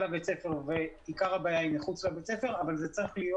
בית הספר ועיקר הבעיה היא מחוץ לבית הספר אבל זה צריך להיות